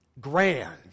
Grand